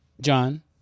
John